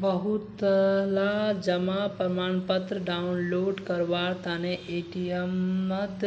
बहुतला जमा प्रमाणपत्र डाउनलोड करवार तने एटीएमत